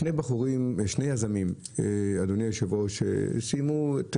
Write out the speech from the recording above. שני בחורים, אדוני יושב הראש, שסיימו את